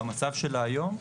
במצב שלה היום,